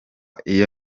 iyo